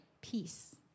peace